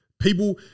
People